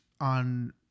on